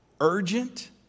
urgent